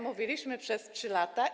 Mówiliśmy przez 3 lata.